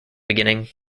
beginning